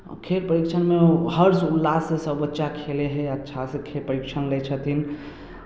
खेल परीक्षणमे हर्ष उल्लाससँ सभ बच्चा खेलै हइ अच्छासँ खे परीक्षण लै छथिन